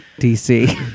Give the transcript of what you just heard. DC